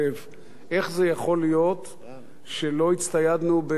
איך זה יכול להיות שלא הצטיידנו בתחנות?